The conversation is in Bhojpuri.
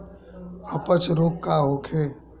अपच रोग का होखे?